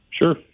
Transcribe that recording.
Sure